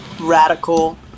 radical